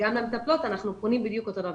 גם למטפלות אנחנו אומרים בדיוק אותו הדבר.